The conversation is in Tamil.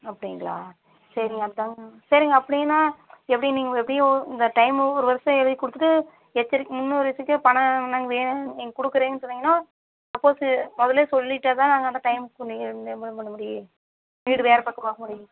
அப்படிங்களா சரி அதான்ங்க சரிங்க அப்படினா எப்படி நீங்கள் எப்படியும் இந்த டைமு ஒரு வருஷம் எழுதி கொடுத்துட்டு எச்சரிக்கை முன் ஒரு எச்சரிக்கையாக பணம் நாங்கள் வேணும் நீங்கள் கொடுக்கறேனு சொன்னீங்கனா சப்போஸ்ஸு மொதல்லேயே சொல்லிவிட்டா தான் நாங்கள் அந்த டைமுக்கு ஏற்பாடு பண்ண முடியும் வீடு வேறு பக்கம் பார்க்கமுடியும்